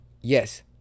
Yes